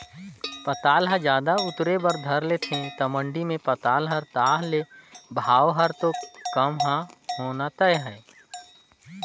पताल ह जादा उतरे बर धर लेथे त मंडी मे पताल हर ताह ले भाव हर तो कम ह होना तय हे